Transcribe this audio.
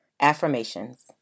Affirmations